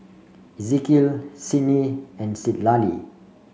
Ezekiel Sydni and Citlali